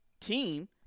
team